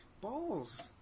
balls